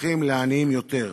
הופכים לעניים יותר.